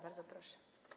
Bardzo proszę.